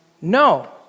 No